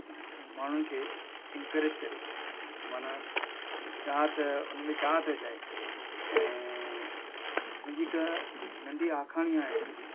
माण्हुनि खे इनकरेज करे माना चाहत उनमें चाहत हुजे ऐं मुंहिंजी हिकु नंढी आखाणी आहे हिकिड़ी